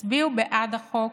תצביעו בעד החוק,